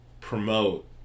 promote